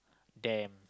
damn